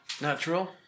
natural